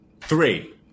Three